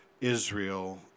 Israel